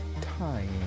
time